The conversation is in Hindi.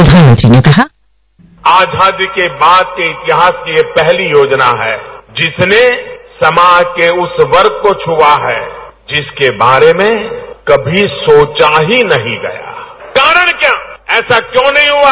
प्रधानमंत्री ने कहा आजादी के बाद के इतिहास की यह पहली योजना है जिसने समाज के उस वर्ग को छुआ है जिसके बारे में कभी सोचा ही नहीं गया कारण क्या है ऐसा सोचा क्यों नही गया